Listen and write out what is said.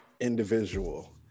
individual